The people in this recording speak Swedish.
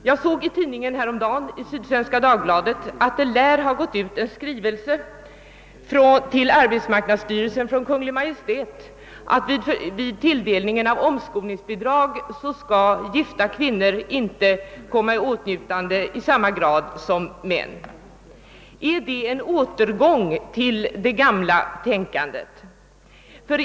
Jag såg häromdagen i Sydsvenska Dagbladet att en skrivelse skall ha gått ut från Kungl. Maj:t till arbetsmarknadsstyrelsen innebärande att vid tilldelning av omskolningsbidrag gifta kvinnor inte skall komma i åtnjutande av sådana i samma mån som män. Är det en återgång till det gamla tänkandet?